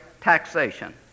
taxation